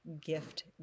gift